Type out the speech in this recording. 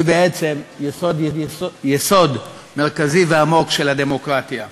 היא בעצם יסוד מרכזי ועמוק של הדמוקרטיה.